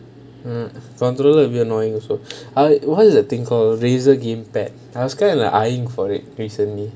hmm thunderer a bit annoying also I what the thing called razer game tag I was kind of eyeing for it recently